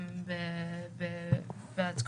הבנתי.